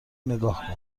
نگاه